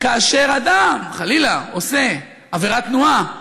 כאשר אדם חלילה עושה עבירת תנועה,